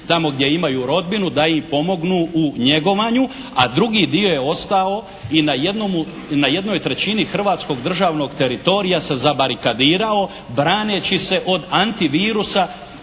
tamo gdje imaju rodbinu da ih pomognu u njegovanju, a drugi dio je ostao i na jednoj trećini hrvatskog državnog teritorija se zabarikadirao braneći se od antivirusa